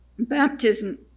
Baptism